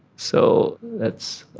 so that's.